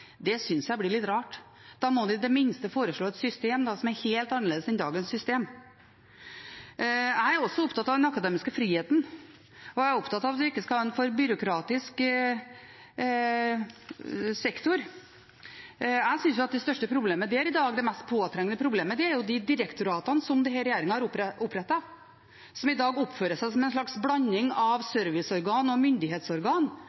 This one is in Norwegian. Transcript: synes jeg blir litt rart. Da må de i det minste foreslå et system som er helt annerledes enn dagens system. Jeg er også opptatt av den akademiske friheten, og jeg er opptatt av at vi ikke skal ha en for byråkratisk sektor. Jeg synes det største problemet der i dag, det mest påtrengende problemet, er de direktoratene denne regjeringen har opprettet, som i dag oppfører seg som en slags blanding av